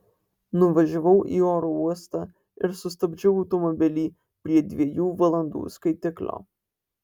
nuvažiavau į oro uostą ir sustabdžiau automobilį prie dviejų valandų skaitiklio